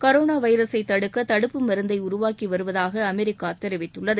corona வைரஸை தடுக்க தடுப்பு மருந்தை உருவாக்கி வருவதாக அமெரிக்கா தெரிவித்துள்ளது